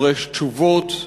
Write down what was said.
דורש תשובות,